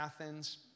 Athens